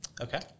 Okay